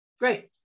Great